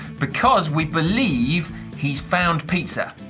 because we believe he's found pizza.